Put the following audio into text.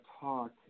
talk